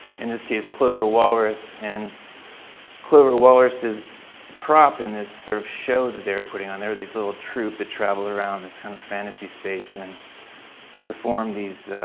in this case, clover walrus and clover walrus's prop in this sort of show that they're putting on there, these little troupe that traveled around this kind of fantasy space and perform these